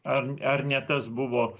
ar ar ne tas buvo